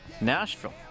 Nashville